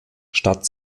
statt